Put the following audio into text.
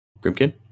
Grimkin